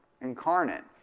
incarnate